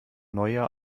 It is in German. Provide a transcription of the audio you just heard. neujahr